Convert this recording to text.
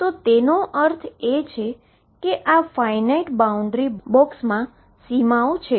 તો તેનો અર્થ એ છે કેઆ ફાઈનાઈટ બાઉન્ડ્રી બોક્સમા સીમાઓ છે